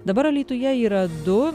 dabar alytuje yra du